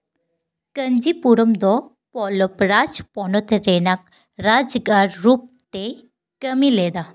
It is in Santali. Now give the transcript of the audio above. ᱠᱟᱧᱪᱤᱯᱩᱨᱚᱢ ᱫᱚ ᱯᱚᱞᱞᱚᱵᱽᱨᱟᱡᱽ ᱯᱚᱱᱚᱛ ᱨᱮᱱᱟᱜ ᱨᱟᱡᱽᱜᱟᱲ ᱨᱩᱯ ᱛᱮᱭ ᱠᱟᱹᱢᱤ ᱞᱮᱫᱟ